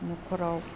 न'खराव